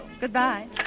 Goodbye